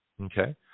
Okay